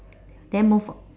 then move o~